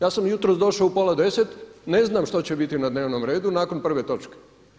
Ja sam jutros došao u pola deset, ne znam što će biti na dnevnom redu nakon prve točke.